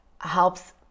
helps